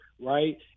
right